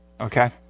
okay